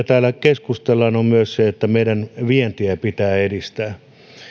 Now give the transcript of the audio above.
täällä keskustellaan on myös se että meidän vientiämme pitää edistää